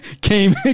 came